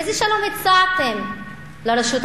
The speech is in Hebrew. איזה שלום הצעתם לרשות הפלסטינית?